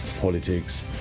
Politics